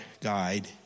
guide